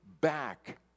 back